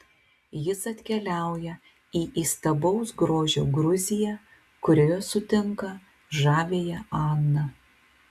jis atkeliauja į įstabaus grožio gruziją kurioje sutinka žaviąją aną